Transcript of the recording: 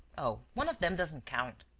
oh, one of them doesn't count.